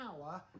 power